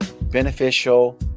beneficial